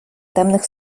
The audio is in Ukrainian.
темних